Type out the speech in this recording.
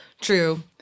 True